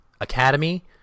Academy